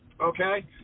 Okay